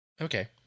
Okay